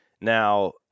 Now